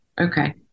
Okay